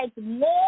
more